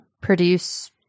produce